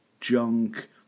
Junk